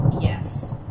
yes